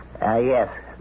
yes